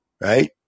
right